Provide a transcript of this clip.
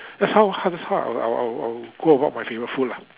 that's how I'll I'll I'll go about my favorite food lah